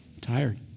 tired